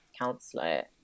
counselor